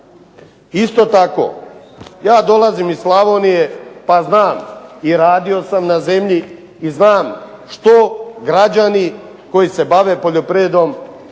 Isto tako, ja dolazim iz Slavonije pa znam i radio sam na zemlji i znam što građani koji se bave poljoprivredom